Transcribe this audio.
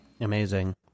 Amazing